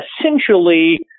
essentially